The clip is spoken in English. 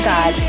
God